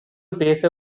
பேச